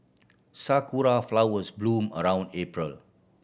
sakura flowers bloom around April